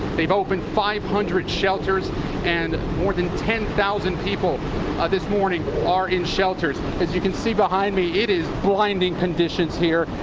they have opened five hundred shelters and more than ten thousand people this morning are in shelters. as you can see behind me, it is blinding conditions here.